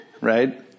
right